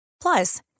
Plus